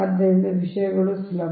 ಆದ್ದರಿಂದ ವಿಷಯಗಳು ಸುಲಭ